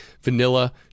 vanilla